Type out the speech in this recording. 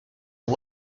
are